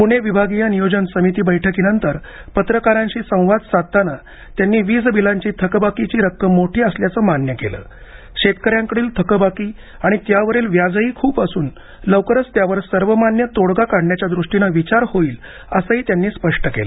पुणे विभागीय नियोजन समिती बैठकीनंतर पत्रकारांशी संवादसाधताना त्यांनी वीजबिलांची थकबाकीची रक्कम मोठी असल्याचं मान्य केलं शेतकऱ्यांकडील थकबाकी आणि त्यावरील व्याजही खूप असून लवकरच त्यावर सर्वमान्य तोडगा काढण्याच्या दृष्टीनं विचार होईल असंही त्यांनी स्पष्ट केलं